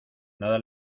nada